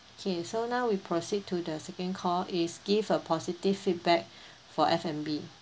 okay so now we proceed to the second call is give a positive feedback for F&B